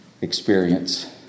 experience